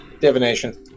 Divination